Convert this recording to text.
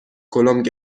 کلمب